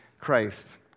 Christ